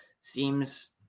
seems